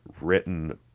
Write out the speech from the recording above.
written